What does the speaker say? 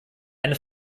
eine